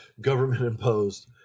government-imposed